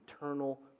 eternal